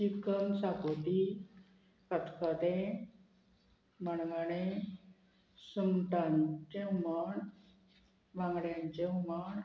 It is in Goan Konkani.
चिकन शाकोती खतखतें मणगणें सुंगटांचें हुमण बांगड्यांचें हुमण